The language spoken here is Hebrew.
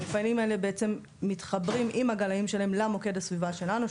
המפעלים האלה בעצם מתחברים עם הגלאים האלה שלהם למוקד הסביבה שלנו,